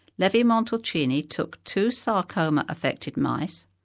levi-montalcini took two sarcoma-affected mice,